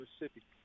Mississippi